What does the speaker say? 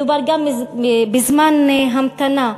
מדובר גם בזמן המתנה: